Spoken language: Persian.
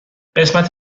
قسمت